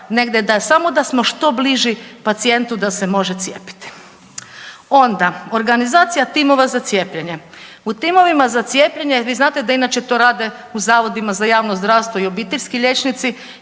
samo da smo što bliži pacijentu da se može cijepiti. Onda organizacija timova za cijepljenje. U timovima za cijepljenje vi znate da inače to rade u Zavodima za javno zdravstvo i obiteljski liječnici.